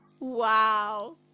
Wow